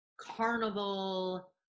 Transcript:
carnival